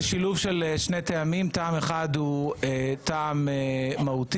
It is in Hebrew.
זה שילוב של שני טעמים: טעם אחד הוא טעם מהותי,